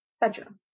bedroom